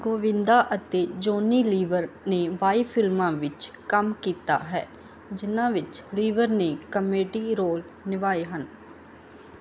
ਗੋਵਿੰਦਾ ਅਤੇ ਜੌਨੀ ਲੀਵਰ ਨੇ ਬਾਈ ਫਿਲਮਾਂ ਵਿੱਚ ਕੰਮ ਕੀਤਾ ਹੈ ਜਿਹਨਾਂ ਵਿੱਚ ਲੀਵਰ ਨੇ ਕਾਮੇਡੀ ਰੋਲ ਨਿਭਾਏ ਹਨ